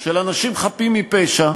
של אנשים חפים מפשע,